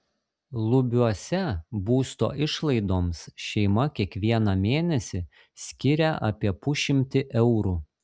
lubiuose būsto išlaidoms šeima kiekvieną mėnesį skiria apie pusšimtį eurų